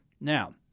Now